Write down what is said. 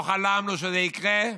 לא חלמנו שזה יקרה.